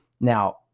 now